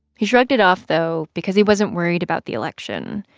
he shrugged it off, though, because he wasn't worried about the election.